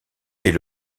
est